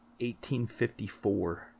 1854